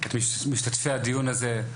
את משתתפי הדיון הזה,